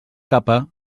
capa